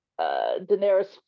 daenerys